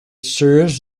serves